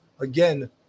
Again